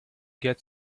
get